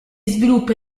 sviluppa